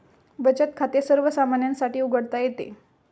बचत खाते सर्वसामान्यांसाठी उघडता येते